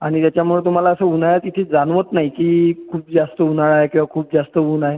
आणि याच्यामुळं तुम्हाला असं उन्हाळ्यात इथे जाणवत नाही की खूप जास्त उन्हाळा आहे किंवा खूप जास्त ऊन्ह आहे